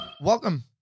Welcome